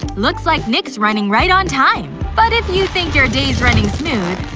looks like nick's running right on time! but if you think your day's running smooth,